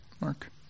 Mark